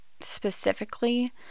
specifically